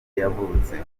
yavutse